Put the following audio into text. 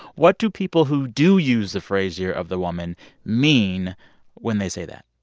what do people who do use the phrase year of the woman mean when they say that?